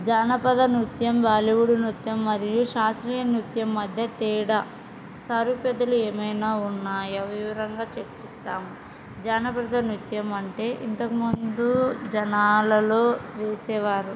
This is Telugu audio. జానపద నృత్యం బాలీవుడ్ నృత్యం మరియు శాస్త్రీయ నృత్యం మధ్య తేడా సారూప్యతలు ఏమైనా ఉన్నాయా వివరంగా చర్చిస్తాము జానపద నృత్యం అంటే ఇంతకుముందు జనాలలో వేసేవారు